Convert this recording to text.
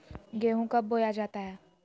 गेंहू कब बोया जाता हैं?